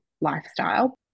lifestyle